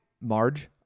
Marge